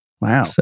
Wow